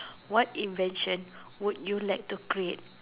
what invention would you like to create